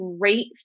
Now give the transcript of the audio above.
great